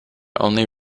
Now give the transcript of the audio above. only